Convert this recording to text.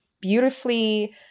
beautifully